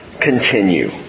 continue